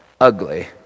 ugly